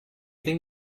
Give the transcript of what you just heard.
think